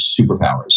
superpowers